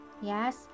yes